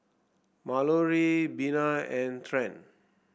Malorie Bina and Trent